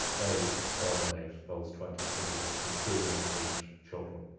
they exterminated those twenty indians, including eight children.